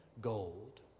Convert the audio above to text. gold